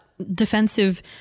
defensive